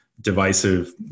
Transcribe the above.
divisive